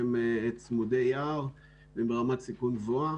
שהם צמודי יער וברמת סיכון גבוהה.